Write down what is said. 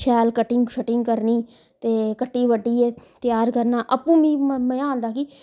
शैल cutting shutting करनी ते कट्टी कट्टियि तैयार करना आपूं मिगी मजा आंदा की